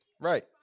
Right